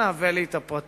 אנא הבא לי את הפרטים.